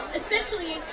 essentially